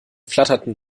flatterten